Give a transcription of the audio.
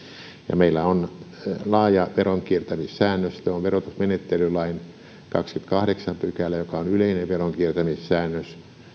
ja meillä on laaja veronkiertämissäännöstö on verotusmenettelylain kahdeskymmeneskahdeksas pykälä joka on yleinen veronkiertämissäännös